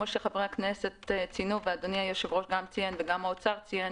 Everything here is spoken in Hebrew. כפי שחברי הכנסת ציינו ואדוני היושב-ראש גם ציין וגם האוצר ציין,